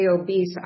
obese